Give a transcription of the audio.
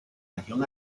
región